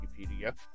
Wikipedia